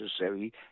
necessary